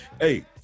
Hey